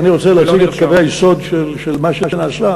אני רוצה להציג את קווי היסוד של מה שנעשה,